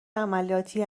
عملیاتی